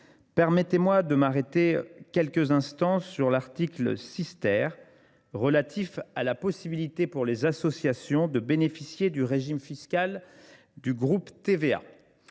Permettez moi de m’arrêter quelques instants sur l’article 6 relatif à la possibilité pour les associations de bénéficier du régime fiscal du groupe TVA.